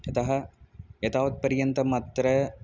यतः एतावत्पर्यन्तम् अत्र